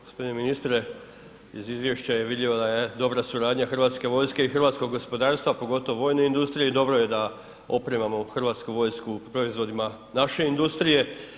Gospodine ministre iz izvješća je vidljivo da je dobra suradnja Hrvatske vojske i hrvatskog gospodarstva pogotovo vojne industrije i dobro je da opremamo Hrvatsku vojsku proizvodima naše industrije.